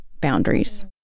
boundaries